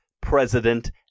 president